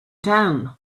down